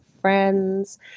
friends